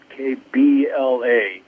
KBLA